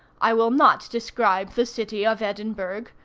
i will not describe the city of edinburgh.